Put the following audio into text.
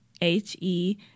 h-e